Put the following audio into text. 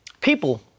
people